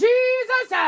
Jesus